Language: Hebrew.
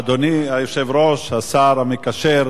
אדוני היושב-ראש, השר המקשר,